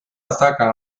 atacan